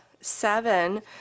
seven